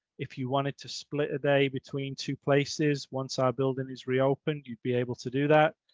if you wanted to split a day between two places. once our building is reopened, you'd be able to do that.